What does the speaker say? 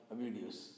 videos